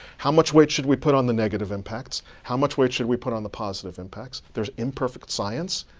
how much weight should we put on the negative impacts? how much weight should we put on the positive impacts? there's imperfect science.